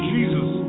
Jesus